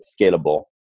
scalable